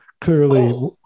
clearly